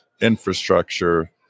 infrastructure